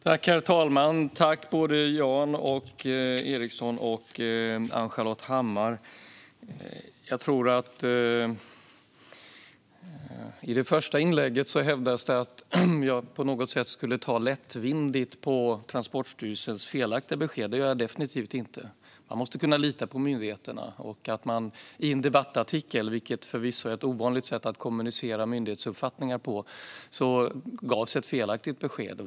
Herr talman! Tack både Jan Ericson och Ann-Charlotte Hammar Johnsson! I det första inlägget hävdas det att jag på något sätt skulle ta lättvindigt på Transportstyrelsens felaktiga besked. Det gör jag definitivt inte. Man måste kunna lita på myndigheterna. I en debattartikel, vilket förvisso är ett ovanligt sätt att kommunicera myndighetsuppfattningar, gavs ett felaktigt besked.